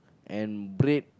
and bread